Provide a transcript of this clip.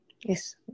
Yes